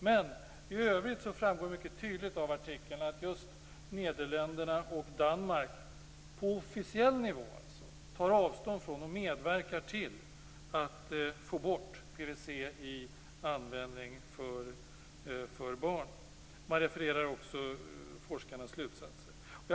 Men i övrigt framgår det mycket tydligt av artikeln att just Nederländerna och Danmark på officiell nivå tar avstånd från och medverkar till att få bort PVC i artiklar för barn. Man refererar också forskarnas slutsatser.